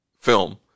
film